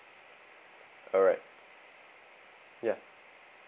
alright ya